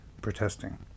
protesting